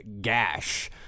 gash